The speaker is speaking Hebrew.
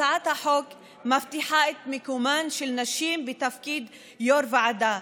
הצעת החוק מבטיחה את מקומן של נשים בתפקיד יו"ר ועדה,